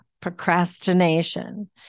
procrastination